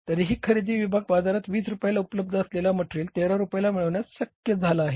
तरीही खरेदी विभाग बाजारात 20 रुपयाला उपलब्ध असलेला मटेरियल 13 रुपयाला मिळवण्यास शक्य झाला आहे